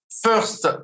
first